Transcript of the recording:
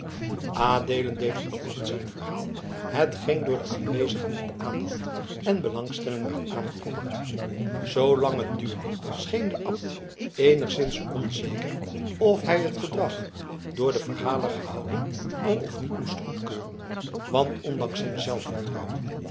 adeelen deed vervolgens zijn verhaal hetgeen door de aanwezigen met aandacht en belangstelling werd aangehoord zoolang het duurde scheen de abt eenigszins onzeker of hij het gedrag door den verhaler gehouden al of niet moest goedkeuren want ondanks zijn zelfvertrouwen